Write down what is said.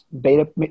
beta